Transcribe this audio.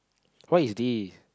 what is this